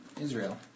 Israel